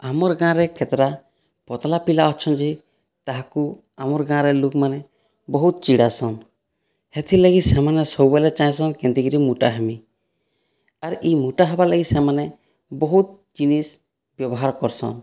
ଆମର ଗାଁରେ କେତେଟା ପତଲା ପିଲା ଅଛନ୍ତି ତାହାକୁ ଆମର ଗାଁରେ ଲୁକମାନେ ବହୁତ ଚିଡ଼ାସନ୍ ହେଥିରଲାଗି ସେମାନେ ସବୁବେଲେ ଚାହିଁସନ୍ କେନ୍ତିକିରି ମୁଟା ହେମି ଆର୍ ଇ ମୁଟା ହେବାରଲାଗି ସେମାନେ ବହୁତ ଜିନିଷ୍ ବ୍ୟବହାର କରସନ୍